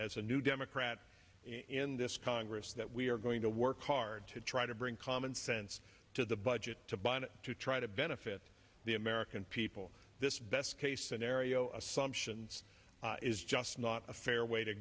as a new democrat in this congress that we are going to work hard to try to bring common sense to the budget to buy and to try to benefit the american people this best case scenario assumptions is just not a fair way to